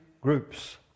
groups